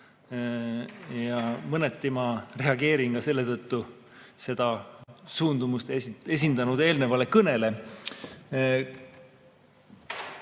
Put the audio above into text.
Ja mõneti ma reageerin ka selle tõttu seda suundumust esindanud eelnevale kõnele.